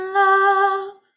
love